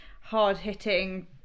hard-hitting